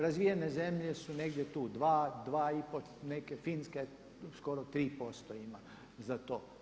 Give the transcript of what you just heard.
Razvijene zemlje su negdje tu 2, 2,5, neke Finska skoro 3% ima za to.